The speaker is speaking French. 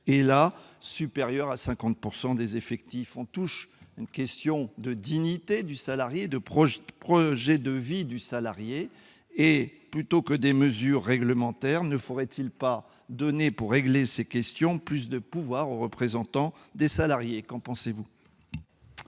est supérieur à 50 % des effectifs. On touche là une question de dignité du salarié, qui affecte directement son projet de vie. Plutôt que des mesures réglementaires, ne faudrait-il pas, pour régler ces questions, donner plus de pouvoirs aux représentants des salariés ? Qu'en pensez-vous ?